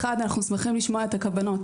ראשית: אנחנו שמחים לשמוע את הכוונות,